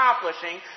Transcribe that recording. accomplishing